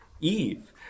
Eve